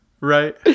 Right